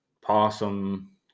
possum